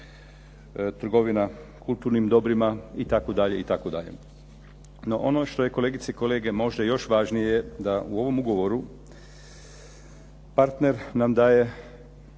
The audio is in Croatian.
trgovina kulturnim dobrima, itd., itd. No ono što je, kolegice i kolege, možda još važnije da u ovom ugovoru partner nam daje